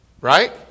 Right